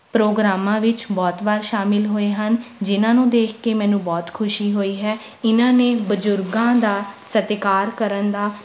ਪ੍ਰੋਗਰਾਮਾਂ ਵਿੱਚ ਬਹੁਤ ਵਾਰ ਸ਼ਾਮਿਲ ਹੋਏ ਹਨ ਜਿਨ੍ਹਾਂ ਨੂੰ ਦੇਖ ਕੇ ਮੈਨੂੰ ਬਹੁਤ ਖੁਸ਼ੀ ਹੋਈ ਹੈ ਇਨ੍ਹਾਂ ਨੇ ਬਜ਼ੁਰਗਾਂ ਦਾ ਸਤਿਕਾਰ ਕਰਨ ਦਾ